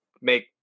make